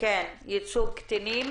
לאיזה מסקנות הגעתם בינתיים?